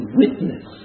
witness